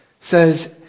says